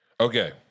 Okay